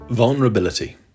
Vulnerability